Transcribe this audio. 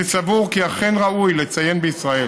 אני סבור כי אכן ראוי לציין בישראל